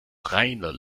reiner